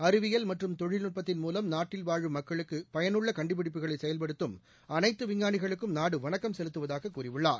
அறிவியல் மற்றும் தொழில்நுட்பத்தின் மூலம் நாட்டில் வாழும் மக்களுக்கு பயன் உள்ள கண்டுபிடிப்புகளை செயல்படுத்தும் அனைத்து விஞ்ஞானிகளுக்கும் நாடு வணக்கம் செலுத்துவதாக கூறியுள்ளார்